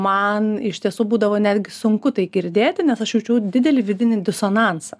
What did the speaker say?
man iš tiesų būdavo netgi sunku tai girdėti nes aš jaučiau didelį vidinį disonansą